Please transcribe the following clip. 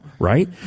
Right